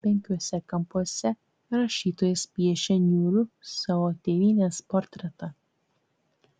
penkiuose kampuose rašytojas piešia niūrų savo tėvynės portretą